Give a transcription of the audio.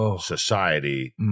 society